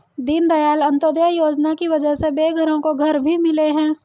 दीनदयाल अंत्योदय योजना की वजह से बेघरों को घर भी मिले हैं